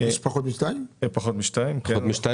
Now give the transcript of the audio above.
היו פחות משני עובדים?